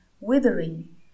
withering